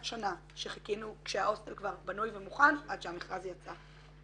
שנה שחיכינו כשההוסטל כבר בנוי ומוכן עד שהמכרז יצא.